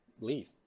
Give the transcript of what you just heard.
leave